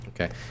Okay